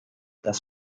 dass